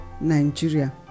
nigeria